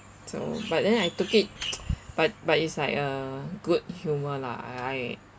so but then I took it but but it's like uh good humour lah I I